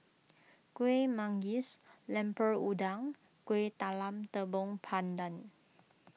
Kueh Manggis Lemper Udang and Kuih Talam Tepong Pandan